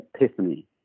epiphany